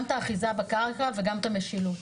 גם את האחיזה בקרקע וגם את המשילות.